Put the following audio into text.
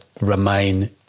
remain